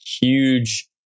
huge